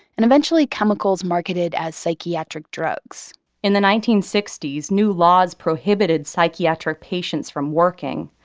and eventually chemicals marketed as psychiatric drugs in the nineteen sixty s, new laws prohibited psychiatric patients from working.